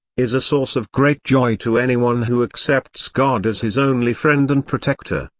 is a source of great joy to anyone who accepts god as his only friend and protector,